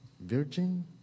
Virgin